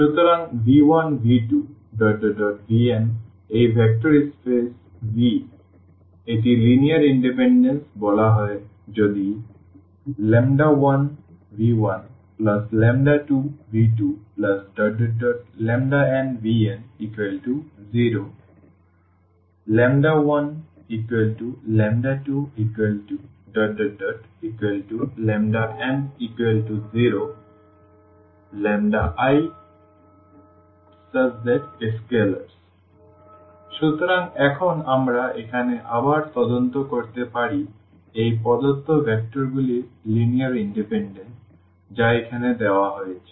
সুতরাং v1v2vn এই vector space V এটি লিনিয়ারলি ইন্ডিপেন্ডেন্ট বলা হয় যদি 1v12v2nvn0⟹12n0 iscalars সুতরাং এখন আমরা এখানে আবার তদন্ত করতে পারি এই প্রদত্ত ভেক্টরগুলির লিনিয়ার ইনডিপেনডেন্স যা এখানে দেওয়া হয়েছে